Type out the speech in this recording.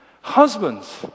Husbands